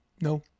no